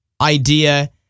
idea